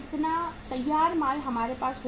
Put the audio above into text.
कितना तैयार माल हमारे पास होगा